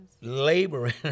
laboring